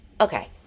Okay